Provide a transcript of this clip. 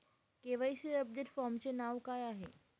KYC update फॉर्मचे नाव काय आहे?